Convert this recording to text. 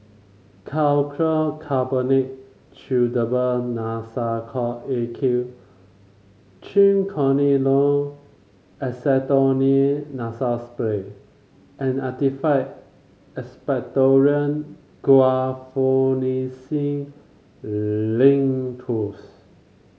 Calcium Carbonate Chewable Nasacort A Q Triamcinolone Acetonide Nasal Spray and Actified Expectorant Guaiphenesin Linctus